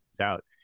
out